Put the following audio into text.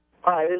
Hi